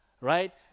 right